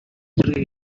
жерге